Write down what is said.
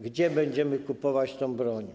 gdzie będziemy kupować tę broń.